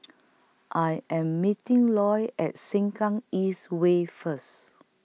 I Am meeting Loy At Sengkang East Way First